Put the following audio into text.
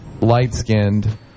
light-skinned